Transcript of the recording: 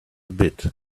bit